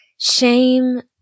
Shame